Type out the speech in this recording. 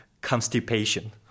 constipation